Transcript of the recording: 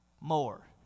more